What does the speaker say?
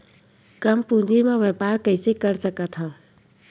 कम पूंजी म व्यापार कइसे कर सकत हव?